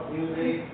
Music